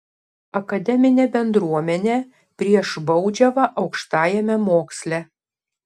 akademinė bendruomenė prieš baudžiavą aukštajame moksle